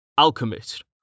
Alchemist